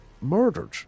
murdered